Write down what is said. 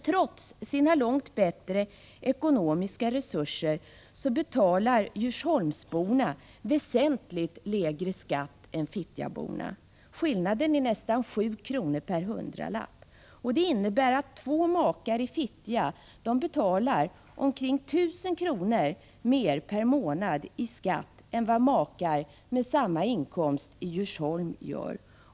Trots sina långt bättre ekonomiska resurser betalar djursholmsborna väsentligt lägre skatt än fittjaborna. Skillnaden är nästan 7 kr. per hundralapp. Det innebär att två makar i Fittja betalar omkring 1 000 kr. mer per månad i skatt än vad makar med samma inkomst i Djursholm gör.